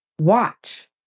Watch